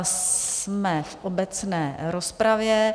Jsme v obecné rozpravě.